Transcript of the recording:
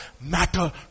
matter